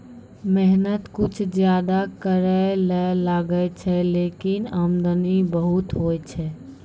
मेहनत कुछ ज्यादा करै ल लागै छै, लेकिन आमदनी बहुत होय छै